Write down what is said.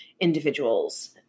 individuals